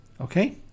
okay